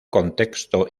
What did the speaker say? contexto